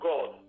God